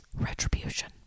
retribution